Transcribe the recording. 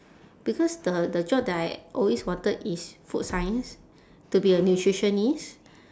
because the the job that I always wanted is food science to be a nutritionist